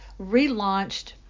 relaunched